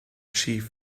chief